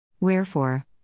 Wherefore